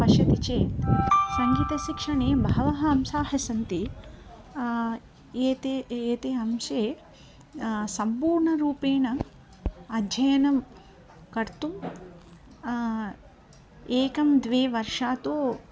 पश्यति चेत् सङ्गीतशिक्षणे बहवः अंशाः सन्ति एतषाम् एतेषाम् अंशानां सम्पूर्णरूपेण अध्ययनं कर्तुं एकं द्वौ वर्षौ तु